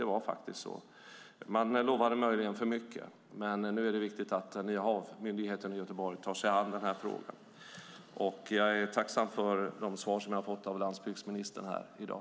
Det var faktiskt så. Man lovade möjligen för mycket. Nu är det viktigt att den nya HaV-myndigheten i Göteborg tar sig an den här frågan. Jag är tacksam för de svar som jag har fått av landsbygdsministern här i dag.